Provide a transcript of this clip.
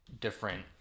different